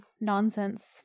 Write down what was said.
nonsense